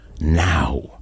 now